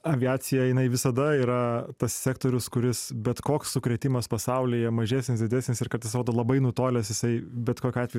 aviacija jinai visada yra tas sektorius kuris bet koks sukrėtimas pasaulyje mažesnis didesnis ir kartais rodo labai nutolęs jisai bet kokiu atveju